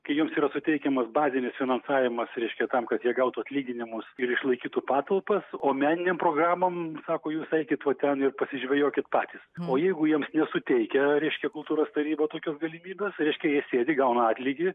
kai jiems yra suteikiamas bazinis finansavimas reiškia tam kad jie gautų atlyginimus ir išlaikytų patalpas o meninėm programom sako jūs eikit va ten ir pasižvejokit patys o jeigu jiems nesuteikia reiškia kultūros taryba tokios galimybėsreiškia jie sėdi gauna atlygį